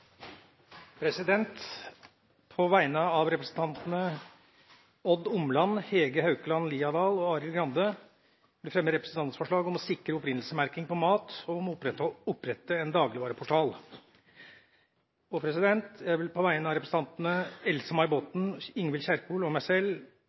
representantforslag. På vegne av representantene Odd Omland, Hege Haukeland Liadal, Arild Grande og meg selv vil jeg fremme representantforslag om å sikre opprinnelsesmerking på mat og opprette en dagligvareportal. Jeg vil på vegne av representantene